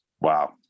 wow